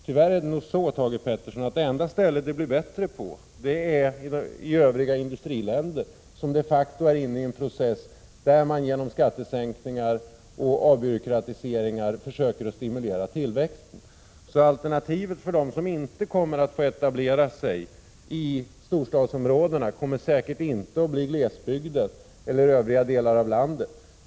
Tyvärr är det nog så, Thage Peterson, att de enda som får det bättre är Övriga industriländer, som de facto är inne i en process som innebär att man genom skattesänkningar och avbyråkratisering försöker stimulera tillväxten. För dem som inte kommer att få etablera sig i storstadsområdena blir alternativet säkert inte glesbygden eller övriga delar av landet.